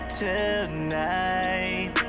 tonight